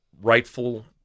rightful